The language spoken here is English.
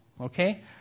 Okay